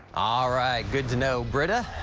ah right. good to know, britta.